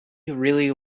really